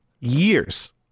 years